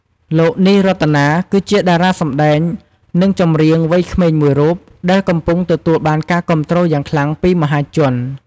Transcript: លោក នី រតនា គឺជាតារាសម្តែងនិងចម្រៀងវ័យក្មេងមួយរូបដែលកំពុងទទួលបានការគាំទ្រយ៉ាងខ្លាំងពីមហាជន។